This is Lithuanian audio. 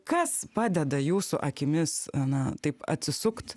kas padeda jūsų akimis na taip atsisukt